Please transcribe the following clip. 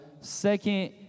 Second